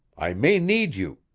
i may need you.